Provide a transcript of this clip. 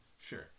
Sure